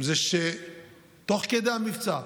זה שתוך כדי המבצע,